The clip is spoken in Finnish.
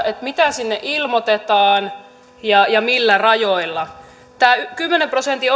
mitä sinne ilmoitetaan ja ja millä rajoilla tämä kymmenen prosentin